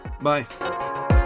Bye